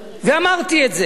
ואמרתי את זה,